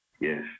Yes